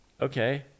Okay